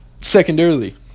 Secondarily